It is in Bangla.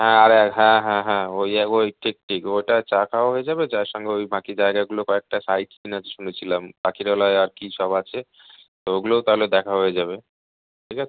হ্যাঁ আরে হ্যাঁ হ্যাঁ হ্যাঁ ও ওই ঠিক ঠিক ওটা চা খাওয়াও হয়ে যাবে চায়ের সঙ্গে ওই বাকি জায়গাগুলো কয়েকটা সাইট সিন আছে শুনেছিলাম পাখিরালয় আর কী সব আছে তো ওগুলোও তাহলে দেখা হয়ে যাবে ঠিক আছে